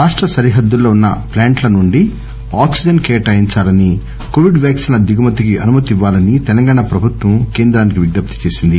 రాష్ట సరిహద్దుల్లో వున్న ప్లాంట్ల నుండి ఆక్సిజన్ కేటాయించాలని కోవిడ్ వ్యాక్సిన్ల దిగుమతికి అనుమతి ఇవ్వాలని తెలంగాణ ప్రభుత్వం కేంద్రానికి విజ్న ప్తి చేసింది